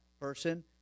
person